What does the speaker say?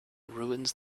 ruins